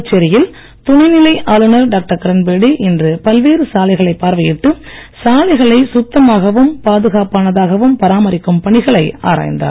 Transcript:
புதுச்சேரியில் துணை நிலை ஆளுநர் டாக்டர் கிரண் பேடி இன்று பல்வேறு சாலைகளை பார்வையிட்டு சாலைகளை சுத்தமாகவும் பாதுகாப்பானதாகவும் பராமரிக்கும் பணிகளை ஆராய்ந்தார்